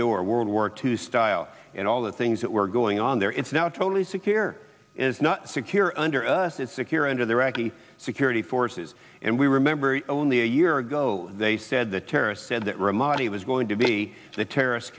door world war two style and all the things that were going on there it's now totally secure is not secure under us it's secure under the iraqi security forces and we remember only a year ago they said the terrorists said that ramadi was going to be the terrorists